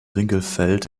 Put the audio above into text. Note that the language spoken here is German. winkelfeld